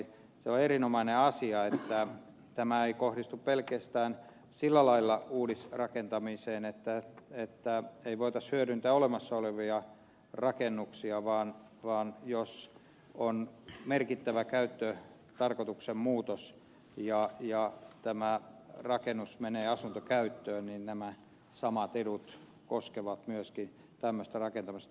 se on erinomainen asia että tämä ei kohdistu pelkästään sillä lailla uudisrakentamiseen että ei voitaisi hyödyntää olemassa olevia rakennuksia vaan jos on merkittävä käyttötarkoituksen muutos ja rakennus menee asuntokäyttöön niin nämä samat edut koskevat myöskin tämmöistä rakentamista